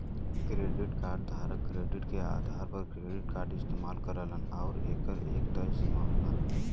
credit card धारक credit के आधार पर क्रेडिट कार्ड इस्तेमाल करलन आउर एकर एक तय सीमा होला